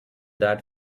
that